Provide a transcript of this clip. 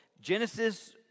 Genesis